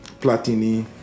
Platini